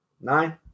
Nine